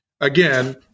again